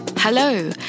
Hello